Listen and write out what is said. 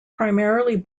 primarily